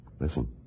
Listen